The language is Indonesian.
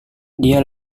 dia